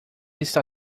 está